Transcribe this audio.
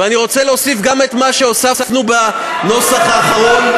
ואני רוצה להוסיף גם את מה שהוספנו בנוסח האחרון: